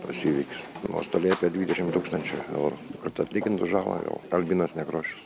tas įvykis nuostoliai apie dvidešimt tūkstančių eurų kad atlygintų žalą jau albinas nekrošius